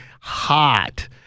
Hot